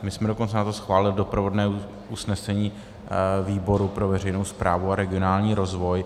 My jsme dokonce na to schválili doprovodné usnesení výboru pro veřejnou správu a regionální rozvoj.